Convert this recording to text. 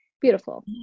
Beautiful